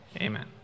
amen